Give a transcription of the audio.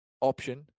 option